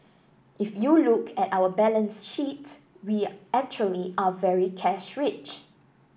if you look at our balance sheet we actually are very cash rich